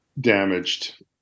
damaged